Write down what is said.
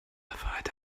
have